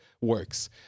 works